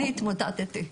אני התמוטטתי.